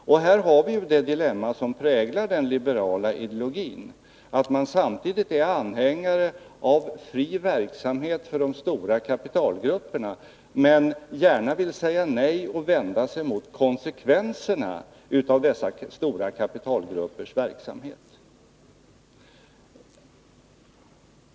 Här har vi det dilemma som präglar den liberala ideologin. Samtidigt som man är anhängare av fri verksamhet för de stora kapitalgrupperna vill man gärna vända sig mot och säga nej till konsekvenserna av dessa stora kapitalgruppers verksamhet.